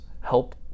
help